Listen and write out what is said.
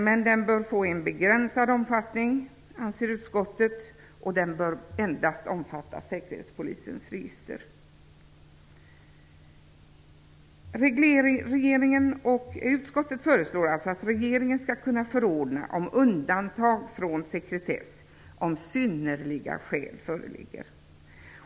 Men den bör få en begränsad omfattning, anser utskottet, och den bör endast omfatta Säkerhetspolisens register. Utskottet föreslår alltså att regeringen skall kunna förordna om undantag från sekretess om synnerliga skäl föreligger.